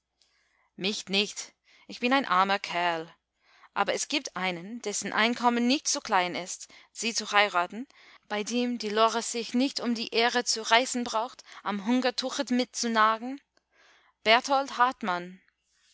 mich nicht ich bin ein armer kerl aber es gibt einen dessen einkommen nicht zu klein ist sie zu heiraten bei dem die lore sich nicht um die ehre zu reißen braucht am hungertuche mitzunagen berthold hartmann